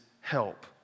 help